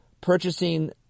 purchasing